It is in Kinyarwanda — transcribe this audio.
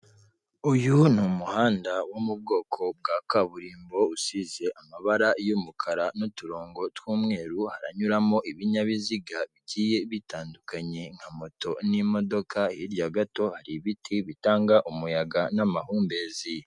Uyu ni umuhanda wo mu bwoko bwa kaburimbo usize amabara y'umukara n'uturongo tw'umweru haranyuramo ibinyabizigagiye bigiye bitandukanye nka moto n'imodoka, hirya gato hari ibiti bitanga umuyaga n'amahumbezi.